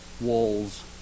walls